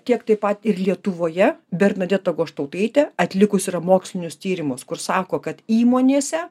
kiek taip pat ir lietuvoje bernadeta goštautaitė atlikusi yra mokslinius tyrimus kur sako kad įmonėse